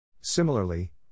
Similarly